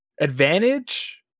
advantage